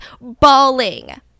bawling